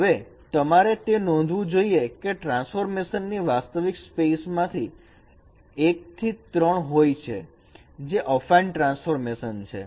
હવે તમારે તે નોંધવું જોઇએ કે ટ્રાન્સફોર્મેશન વાસ્તવિક સ્પેસ માંથી 1 થી 3 હોય છે જે અફાઈન ટ્રાન્સફોર્મેશન છે